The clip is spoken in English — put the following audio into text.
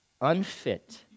unfit